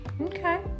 Okay